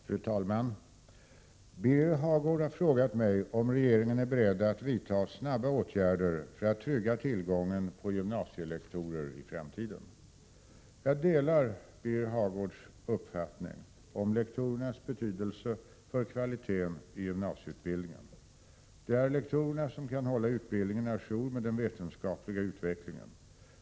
Fru talman! Birger Hagård har frågat mig om regeringen är beredd att vidta snabba åtgärder för att trygga tillgången på gymnasielektorer i framtiden. Jag delar Birger Hagårds uppfattning om lektorernas betydelse för kvaliteten i gymnasieutbildningen. Det är lektorerna som kan hålla utbildningen å jour med den vetenskapliga utvecklingen.